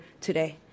today